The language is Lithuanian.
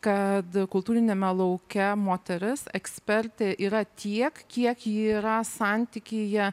kad kultūriniame lauke moteris ekspertė yra tiek kiek ji yra santykyje